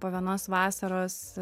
po vienos vasaros